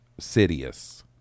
Sidious